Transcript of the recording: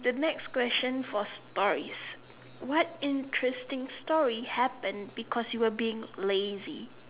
the next question for stories what interesting story happen because you were being lazy